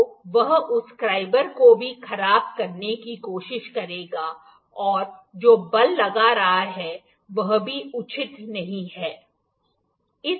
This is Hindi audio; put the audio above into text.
तो वह इस स्क्राइबर को भी खराब करने की कोशिश करेगा और जो बल लगा रहा है वह भी उचित नहीं है